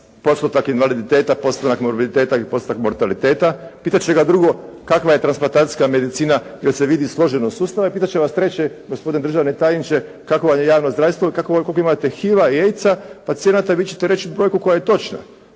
postotak invaliditeta, postotak morbiditeta i postotak mortaliteta. Pitat će ga drugo kakva je transplantacijska medicina jer se vidi složenost sustava i pitat će vas treće gospodine državni tajniče kakvo vam je javno zdravstvo, kakvo vam je, koliko imate HIV-a i AIDS-a pacijenata i vi ćete reći brojku koja je točna.